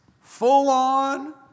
full-on